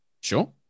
Sure